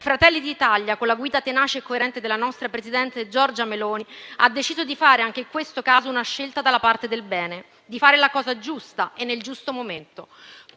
Fratelli d'Italia, con la guida tenace e coerente del nostro presidente del Consiglio Giorgia Meloni, ha deciso di fare anche in questo caso una scelta dalla parte del bene, di fare la cosa giusta e nel giusto momento,